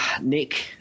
nick